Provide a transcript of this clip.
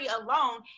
alone